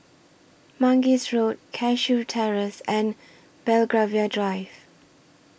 Mangis Road Cashew Terrace and Belgravia Drive